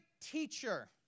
teacher